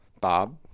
Bob